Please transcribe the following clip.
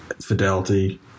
fidelity